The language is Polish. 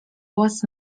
władz